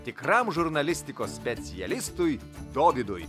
tikram žurnalistikos specialistui dovydui